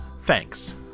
Thanks